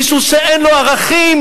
מישהו שאין לו ערכים,